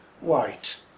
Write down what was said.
white